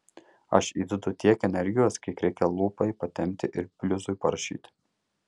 aš įdedu tiek energijos kiek reikia lūpai patempti ir bliuzui parašyti